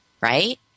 right